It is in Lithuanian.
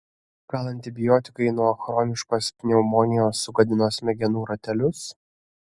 gal antibiotikai nuo chroniškos pneumonijos sugadino smegenų ratelius